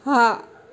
હા